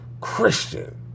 Christian